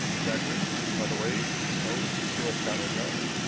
exactly. by the way, is the stone still at scotland yard?